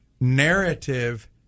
narrative